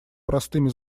простыми